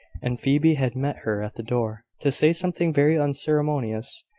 and phoebe had met her at the door, to say something very unceremonious,